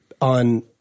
on